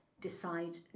decide